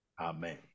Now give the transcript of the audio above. Amen